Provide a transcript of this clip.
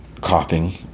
coughing